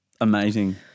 Amazing